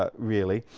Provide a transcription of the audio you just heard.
ah really.